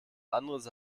anderes